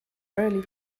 early